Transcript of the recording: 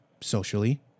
socially